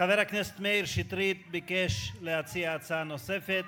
חבר הכנסת מאיר שטרית ביקש להציע הצעה נוספת